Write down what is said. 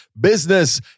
business